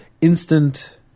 instant